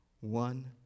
One